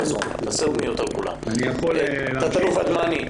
תא"ל ודמני,